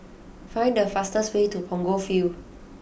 find the fastest way to Punggol Field